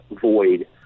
void